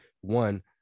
one